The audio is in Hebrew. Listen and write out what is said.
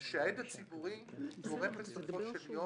זה שההד הציבורי גורם, בסופו של יום,